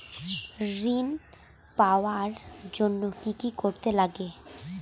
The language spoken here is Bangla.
ঋণ পাওয়ার জন্য কি কি করতে লাগে?